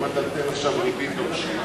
אם אתה תיתן עכשיו ריבית עונשין,